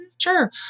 Sure